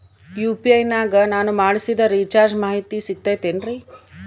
UPI ನಾಗ ನಾನು ಮಾಡಿಸಿದ ರಿಚಾರ್ಜ್ ಮಾಹಿತಿ ಸಿಗುತೈತೇನ್ರಿ?